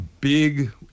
big